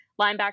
Linebacker